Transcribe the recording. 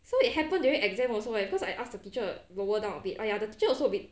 so it happened during exam also eh because I ask the teacher lower down a bit !aiya! the teacher also a bit